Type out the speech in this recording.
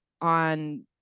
on